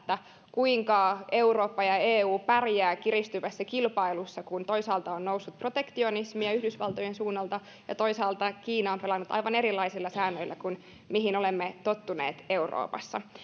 kuinka eurooppa ja eu pärjäävät kiristyvässä kilpailussa kun toisaalta on noussut protektionismia yhdysvaltojen suunnalta ja toisaalta kiina on pelannut aivan erilaisilla säännöillä kuin mihin olemme tottuneet euroopassa